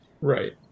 Right